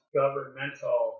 governmental